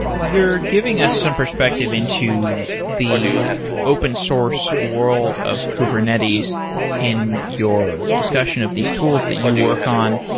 you're giving us some perspective into the open source world of kubernetes in your discussion of these tools that you work on.